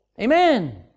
Amen